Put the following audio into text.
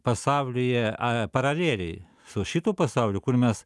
pasaulyje paraleliai su šitu pasauliu kur mes